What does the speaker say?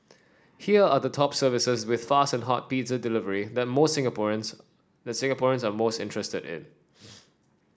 here are the top services with fast and hot pizza delivery that most Singaporeans that Singaporeans are most interested in